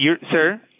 sir –